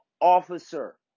officer